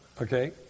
Okay